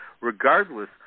regardless